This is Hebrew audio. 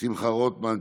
שמחה רוטמן,